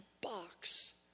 box